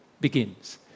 begins